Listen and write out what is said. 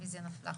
הרוויזיה נפלה.